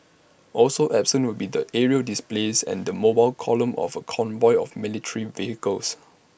also absent will be the aerial displays and the mobile column of A convoy of military vehicles